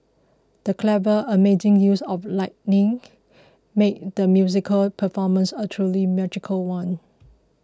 the clever amazing use of lighting made the musical performance a truly magical one